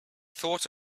thought